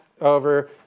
over